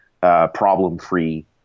problem-free